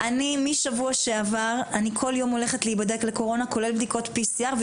משבוע שעבר אני כל יום הולכת להיבדק לקורונה כולל בדיקותPCR ,